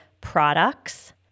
products